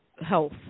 health